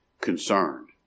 concerned